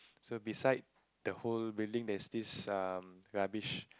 so beside the whole building there's this um rubbish